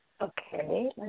Okay